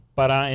para